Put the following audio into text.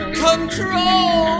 control